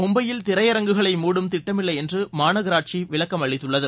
மும்பையில் திரையரங்குகளை மூடும் திட்டமில்லைஎன்றுமாநகராட்சிவிளக்கம் அளித்துள்ளது